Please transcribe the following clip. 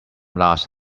last